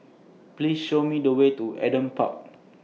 Please Show Me The Way to Adam Park